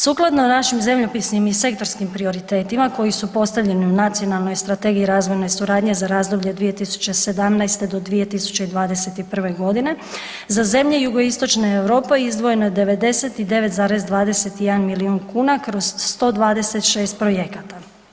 Sukladno našim zemljopisnim i sektorskim prioritetima koji su postavljeni u Nacionalnoj strategiji razvojne suradnje za razdoblje 2017. do 2021. godine za zemlje Jugoistočne Europe izdvojeno je 99,21 milijun kuna kroz 126 projekata.